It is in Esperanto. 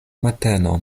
mateno